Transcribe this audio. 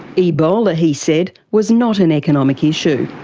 ebola, he said, was not an economic issue.